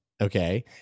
okay